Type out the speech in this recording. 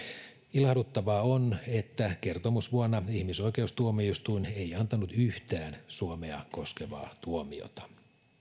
ilahduttavaa on että kertomusvuonna ihmisoikeustuomioistuin ei antanut yhtään suomea koskevaa tuomiota